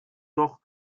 doch